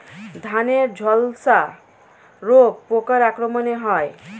ধানের ঝলসা রোগ পোকার আক্রমণে হয়?